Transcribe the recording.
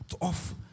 off